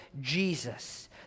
Jesus